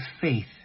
faith